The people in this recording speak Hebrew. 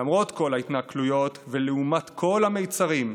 למרות כל ההתנכלויות ולעומת כל המצרים,